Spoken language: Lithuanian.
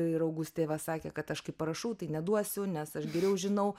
ir augustė va sakė kad aš kai parašau tai neduosiu nes aš geriau žinau